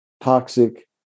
toxic